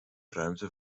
ruimte